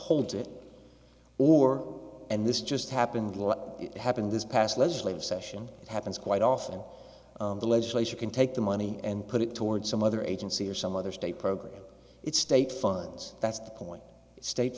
to it or and this just happened what happened this past legislative session it happens quite often the legislature can take the money and put it toward some other agency or some other state program it's state funds that's the point state